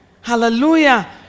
Hallelujah